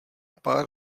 pár